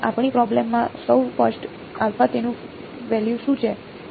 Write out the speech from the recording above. તો આપણી પ્રોબ્લેમ માં સૌ ફર્સ્ટ તેનું વેલ્યુ શું છે